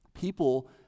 people